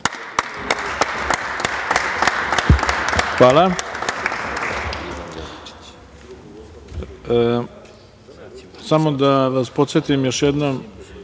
Hvala. Samo da vas podsetim još jednom